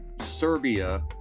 Serbia